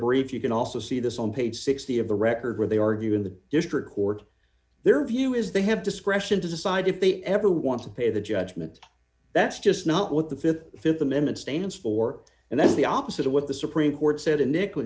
brief you can also see this on page sixty of the record where they argue in the district court their view is they have discretion to decide if they ever want to pay the judgment that's just not what the th amendment stands for and that's the opposite of what the supreme court said to nick